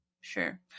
sure